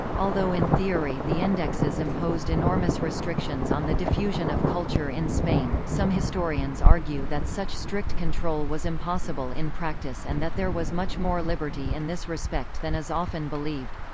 although in theory the indexes imposed enormous restrictions on the diffusion of culture in spain, some historians argue that such strict control was impossible in practice and that there was much more liberty in this respect than is often believed.